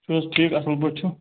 چھُو حظ ٹھیٖک اَصٕل پٲٹھۍ چھُو